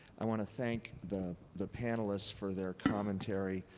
i want to thank the the panelists for their commentary.